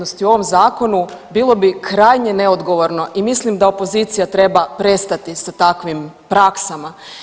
u ovom zakonu bilo bi krajnje neodgovorno i mislim da opozicija treba prestati sa takvim praksama.